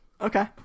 Okay